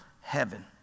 heaven